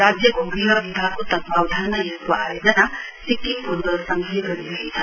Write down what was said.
राज्यको गृह विभागको तत्वावधानमा यसको आयोजना सिक्किम फुटबल संघले गरिरहेछ